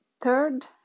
third